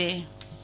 Sheetal Vaishnav